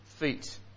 feet